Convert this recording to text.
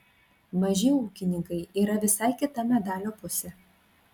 maži ūkininkai yra visai kita medalio pusė